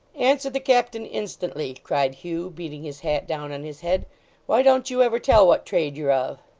answer the captain instantly cried hugh, beating his hat down on his head why don't you ever tell what trade you're of